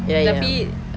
ya ya ya